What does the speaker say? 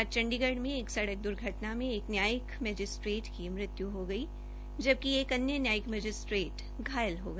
आज चंडीगढ़ में एक सड़क द्र्घटना में एक न्यायिक मैजिस्ट्रेट की मृत्यु हो गई जबकि एक अन्य न्यायिक मैजिस्ट्रेट घायल हो गया